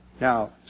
Now